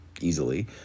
easily